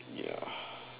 ya